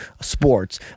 sports